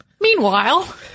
Meanwhile